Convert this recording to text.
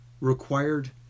required